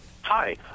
Hi